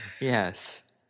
Yes